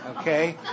Okay